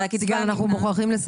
יש